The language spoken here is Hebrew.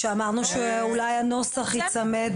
אמרנו שהנוסח ייצמד